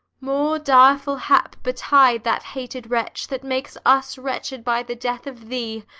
more direful hap betide that hated wretch that makes us wretched by the death of thee,